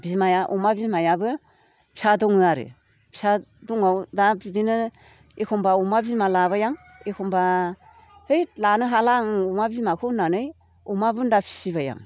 बिमाया अमा बिमायाबो फिसा दङ आरो फिसा दङ दा बिदिनो एखमब्ला अमा बिमा लाबाय आं एखमब्ला हैद लानो हाला आं अमा बिमाखौ होननानै अमा बुन्दा फिसिबाय आं